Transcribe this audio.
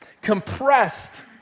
compressed